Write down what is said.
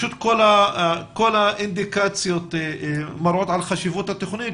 כל האינדיקציות מראות על חשיבות התוכנית,